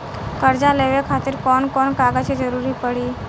कर्जा लेवे खातिर कौन कौन कागज के जरूरी पड़ी?